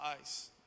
ice